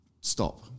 stop